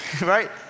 Right